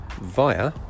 via